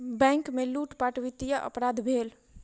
bank में लूटपाट वित्तीय अपराध भेल